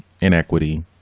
inequity